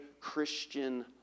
Christian